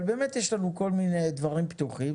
אבל באמת יש לנו כל מיני דברים פתוחים,